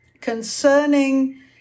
concerning